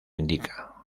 indica